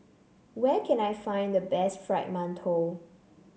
where can I find the best Fried Mantou